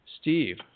Steve